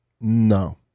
No